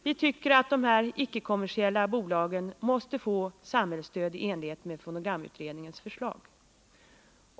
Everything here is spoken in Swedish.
Vi tycker att de här ickekommersiella bolagen måste få samhällsstöd i enlighet med fonogramutredningens förslag.